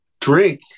drink